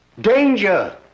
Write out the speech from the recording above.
Danger